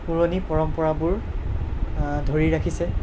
পুৰণি পৰম্পৰাবোৰ ধৰি ৰাখিছে